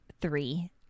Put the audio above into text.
three